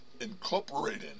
Incorporating